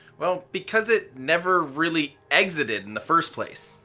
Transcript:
well because it never really exited in the first place.